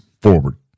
forward